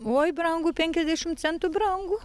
oi brangu penkiasdešim centų brangu